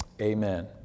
Amen